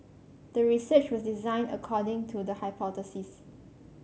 the research was designed according to the hypothesis